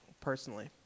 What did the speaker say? Personally